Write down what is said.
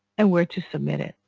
and where to submit it.